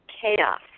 chaos